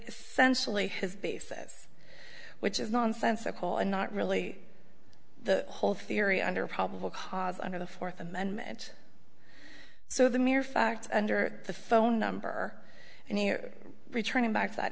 essentially his basis which is nonsensical and not really the whole theory under probable cause under the fourth amendment so the mere fact under the phone number and here returning back